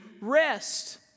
rest